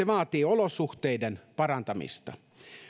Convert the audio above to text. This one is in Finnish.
vaatii olosuhteiden parantamista